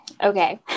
okay